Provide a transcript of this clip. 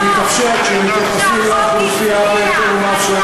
זה מתאפשר כי כשמתייחסים לאוכלוסייה בהתאם ומאפשרים,